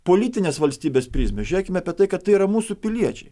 politinės valstybės prizmę žiūrėkime apie tai kad tai yra mūsų piliečiai